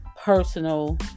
personal